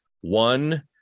One